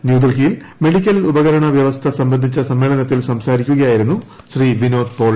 ന്യൂഡൽഹിയിൽ മെഡിക്കൽ ഉപകരണ വ്യവസ്ഥ സംബന്ധിച്ച സമ്മേളനത്തിൽ സംസാരിക്കുകയായിരുന്നു ശ്രീ വിനോദ് പ്പോൾ